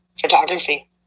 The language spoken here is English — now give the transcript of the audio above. photography